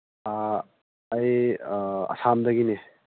ꯑꯩ ꯑꯁꯥꯝꯗꯒꯤꯅꯦ